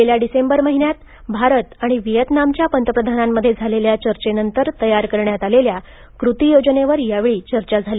गेल्या डिसेंबर महिन्यात भारत आणि व्हिएतनामच्या पंतप्रधानामध्ये झालेल्या चर्चेनंतर तयार करण्यात आलेल्या कृती योजनेवर यावेळी चर्चा झाली